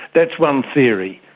that's one theory.